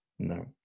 No